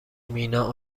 مینا